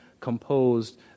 composed